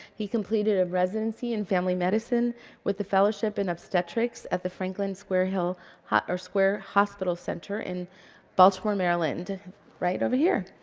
he completed a residency in family medicine with the fellowship in obstetrics at the franklin square hill or square hospital center in baltimore, maryland right over here.